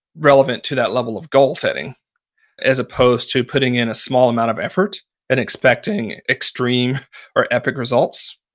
relevant to that level of goal-setting as opposed to putting in a small amount of effort and expecting extreme or epic results.